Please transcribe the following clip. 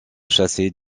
chasser